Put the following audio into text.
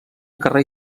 carrer